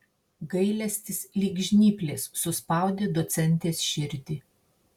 gailestis lyg žnyplės suspaudė docentės širdį